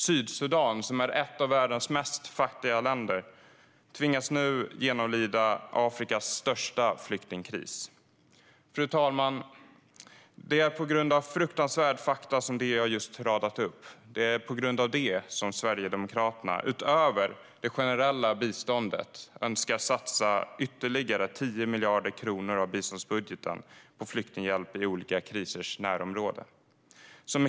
Sydsudan, som är ett av världens mest fattiga länder, tvingas nu genomlida Afrikas största flyktingkris. Fru talman! Det är på grund av de fruktansvärda fakta som jag just radat upp som Sverigedemokraterna, utöver det generella biståndet, önskar satsa ytterligare 10 miljarder kronor av biståndsbudgeten på flyktinghjälp i olika krisers närområde.